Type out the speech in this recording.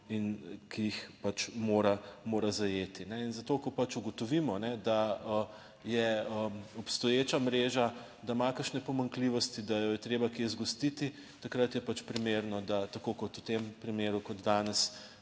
pač mora, mora zajeti. In zato, ko pač ugotovimo, da je obstoječa mreža, da ima kakšne pomanjkljivosti, da jo je treba kje zgostiti, takrat je pač primerno, da tako kot v tem primeru, kot danes,